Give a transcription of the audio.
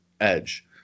edge